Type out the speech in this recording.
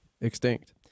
extinct